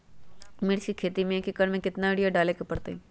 मिर्च के खेती में एक एकर में कितना यूरिया डाले के परतई?